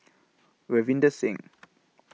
Ravinder Singh